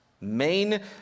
Main